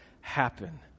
happen